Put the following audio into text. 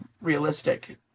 realistic